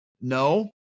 no